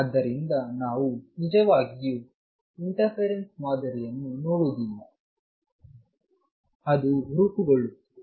ಆದ್ದರಿಂದ ನಾವು ನಿಜವಾಗಿಯೂ ಇಂಟರ್ಫೆರೆನ್ಸ್ ಮಾದರಿಯನ್ನು ನೋಡುವುದಿಲ್ಲ ಆದರೆ ಅದು ರೂಪುಗೊಳ್ಳುತ್ತಿದೆ